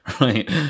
Right